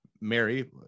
Mary